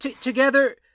together